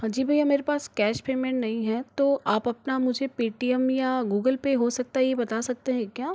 हाँ जी भय्या मेरे पास कैश पेमेंट नहीं है तो आप अपना मुझे पेटीएम या गूगल पे हो सकता है ये बता सकते हैं क्या